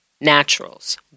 Naturals